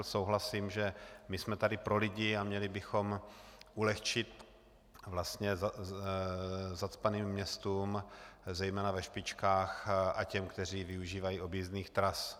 Souhlasím, že jsme tu pro lidi a měli bychom ulehčit vlastně zacpaným městům, zejména ve špičkách, a těm, kteří využívají objízdných tras.